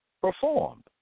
performed